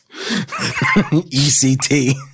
ECT